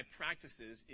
practices